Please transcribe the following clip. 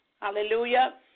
Hallelujah